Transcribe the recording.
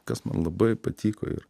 kas man labai patiko ir